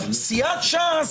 סיעת ש"ס,